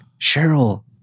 Cheryl